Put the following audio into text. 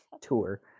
Tour